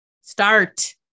Start